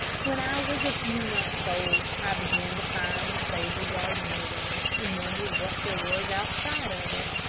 when i was a few months old, i began to find the stable yard narrow, and wondered what there was outside of it.